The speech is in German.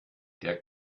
der